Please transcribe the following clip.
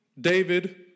David